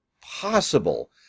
possible